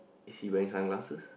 is he wearing sunglasses